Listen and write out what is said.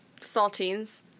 Saltines